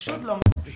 פשוט לא מספיק.